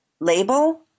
Label